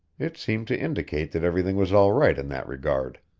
it seemed to indicate that everything was all right in that regard.